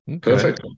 Perfect